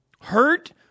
hurt